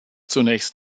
zunächst